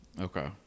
Okay